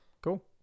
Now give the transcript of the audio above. cool